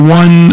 one